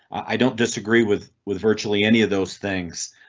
i don't disagree with with virtually any of those things.